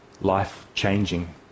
life-changing